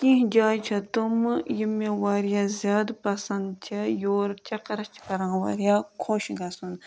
کیٚنٛہہ جایہِ چھےٚ تِمہٕ یِم مےٚ واریاہ زیادٕ پَسنٛد چھِ یور چَکرَس چھِ کَران واریاہ خوش گژھُن